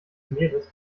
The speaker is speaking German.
meeres